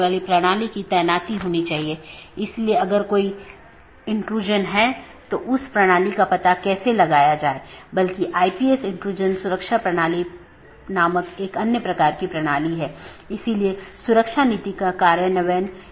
यदि इस संबंध को बनाने के दौरान AS में बड़ी संख्या में स्पीकर हैं और यदि यह गतिशील है तो इन कनेक्शनों को बनाना और तोड़ना एक बड़ी चुनौती है